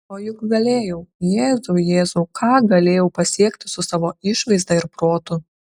o juk galėjau jėzau jėzau ką galėjau pasiekti su savo išvaizda ir protu